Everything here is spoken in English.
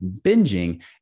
binging